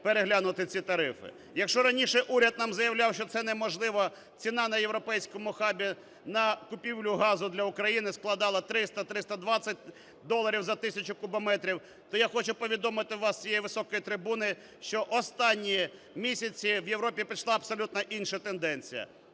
переглянути ці тарифи. Якщо раніше уряд нам заявляв, що це неможливо, ціна на європейському хабі на купівлю газу для України складала 300-320 доларів за тисячу кубометрів, то я хочу повідомити вас з цієї високої трибуни, що останні місяці в Європі пішла абсолютно інша тенденція.